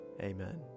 Amen